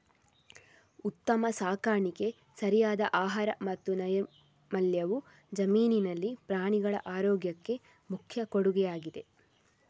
ಉತ್ತಮ ಸಾಕಾಣಿಕೆ, ಸರಿಯಾದ ಆಹಾರ ಮತ್ತು ನೈರ್ಮಲ್ಯವು ಜಮೀನಿನಲ್ಲಿ ಪ್ರಾಣಿಗಳ ಆರೋಗ್ಯಕ್ಕೆ ಮುಖ್ಯ ಕೊಡುಗೆಯಾಗಿದೆ